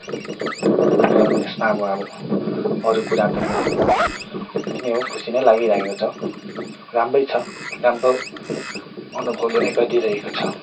र यसमा अब अब अरु कुरा त म त्यही नै हो खुसी नै लागिरहेको छ राम्रै छ राम्रो अनुभवले नै दिइरहेको छ